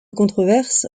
controverse